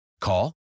Call